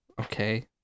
Okay